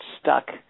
stuck